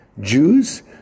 Jews